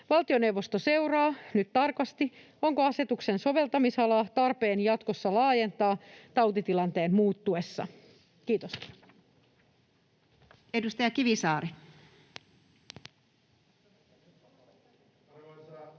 Valtioneuvosto seuraa nyt tarkasti, onko asetuksen soveltamisalaa tarpeen jatkossa laajentaa tautitilanteen muuttuessa. — Kiitos.